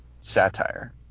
satire